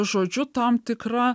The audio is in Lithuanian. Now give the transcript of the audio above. žodžiu tam tikra